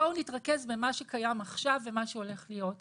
בואו נתרכז במה שקיים עכשיו ובמה שהולך להיות.